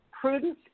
Prudence